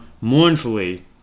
mournfully